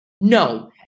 no